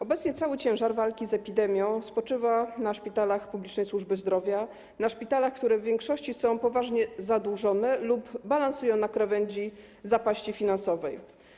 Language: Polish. Obecnie cały ciężar walki z epidemią spoczywa na szpitalach publicznej służby zdrowia, na szpitalach, które w większości są poważnie zadłużone lub balansują na krawędzi zapaści finansowej.